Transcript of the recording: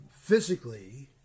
physically